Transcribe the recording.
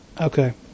Okay